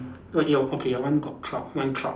okay your okay your one got cloud one cloud